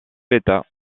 l’état